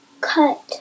cut